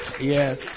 Yes